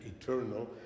eternal